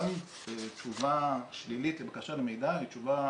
גם תשובה שלילית לבקשה למידע היא תשובה